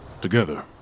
Together